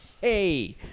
hey